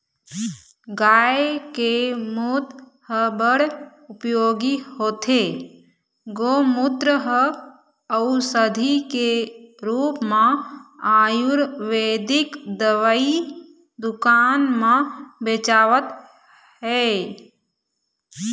गाय के मूत ह बड़ उपयोगी होथे, गोमूत्र ह अउसधी के रुप म आयुरबेदिक दवई दुकान म बेचावत हे